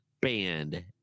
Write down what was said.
banned